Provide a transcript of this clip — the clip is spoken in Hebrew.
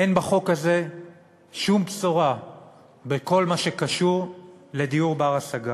אין בחוק הזה שום בשורה בכל מה שקשור לדיור בר-השגה.